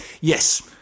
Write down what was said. Yes